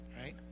right